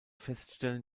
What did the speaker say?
feststellen